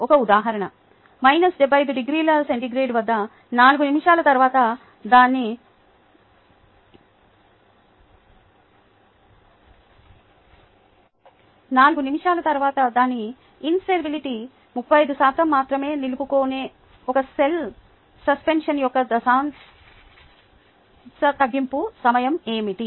ఒక ఉదాహరణ 75 డిగ్రీల సి వద్ద 4 నిమిషాల తర్వాత దాని సెల్బిలిటీలో 35 శాతం మాత్రమే నిలుపుకునే ఒకే సెల్ సస్పెన్షన్ యొక్క దశాంశ తగ్గింపు సమయం ఏమిటి